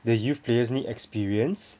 the youth players need experience